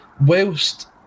whilst